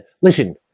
Listen